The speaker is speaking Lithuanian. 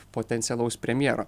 potencialaus premjero